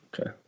Okay